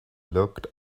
looked